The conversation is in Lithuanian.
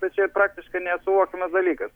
tai čia praktiškai nesuvokiamas dalykas